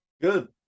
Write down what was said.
Good